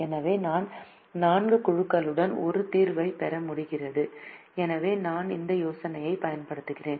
எனவே நான் 4 குழுக்களுடன் ஒரு தீர்வைப் பெற முடிகிறது எனவே நான் இந்த யோசனையைப் பயன்படுத்துகிறேன்